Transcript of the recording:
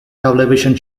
television